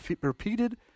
repeated